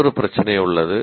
மற்றொரு பிரச்சினை உள்ளது